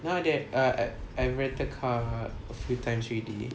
now that are ah ah I rented car a few times already